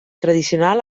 tradicional